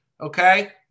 okay